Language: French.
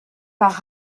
par